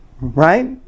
Right